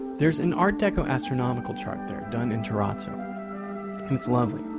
there's an art deco astronomical chart there done in terrazzo, and it's lovely.